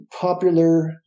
popular